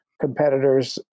competitors